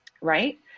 right